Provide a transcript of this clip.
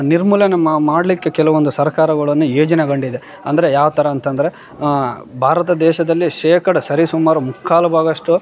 ನಿರ್ಮೂಲನೆ ಮಾಡಲಿಕ್ಕೆ ಕೆಲವೊಂದು ಸರ್ಕಾರಗಳನ್ನು ಯೇಜನೆಗೊಂಡಿದೆ ಅಂದರೆ ಯಾವ ಥರ ಅಂತಂದರೆ ಭಾರತ ದೇಶದಲ್ಲಿ ಶೇಕಡ ಸರಿ ಸುಮಾರು ಮುಕ್ಕಾಲು ಭಾಗ ಅಷ್ಟು